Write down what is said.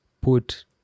put